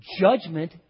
judgment